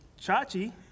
Chachi